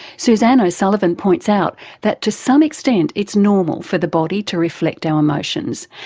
suzanne o'sullivan points out that to some extent it's normal for the body to reflect our emotions,